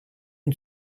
une